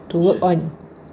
to work on